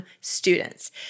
students